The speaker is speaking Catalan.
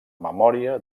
memòria